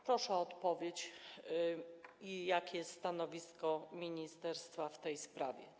Proszę o odpowiedź, jakie jest stanowisko ministerstwa w tej sprawie.